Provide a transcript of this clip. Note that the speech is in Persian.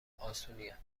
اسونیه